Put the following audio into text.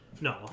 no